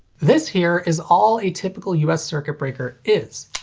this here is all a typical us circuit breaker is.